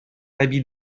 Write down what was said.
habit